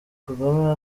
kagame